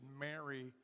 marry